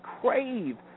crave